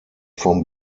vom